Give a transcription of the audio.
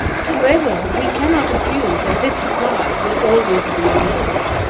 however, we cannot assume that this supply will always be available.